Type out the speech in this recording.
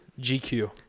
GQ